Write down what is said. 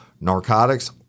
narcotics